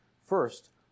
first